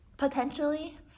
potentially